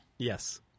Yes